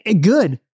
good